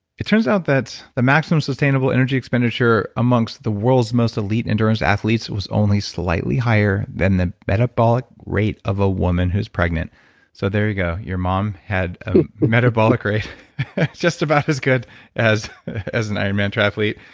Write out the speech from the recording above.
it turns out that the maximum sustainable energy expenditure amongst the world's most elite endurance athletes was only slightly higher than the metabolic rate of a woman who's pregnant so, there you go. your mom had a metabolic rate just about as good as as an ironman triathlete.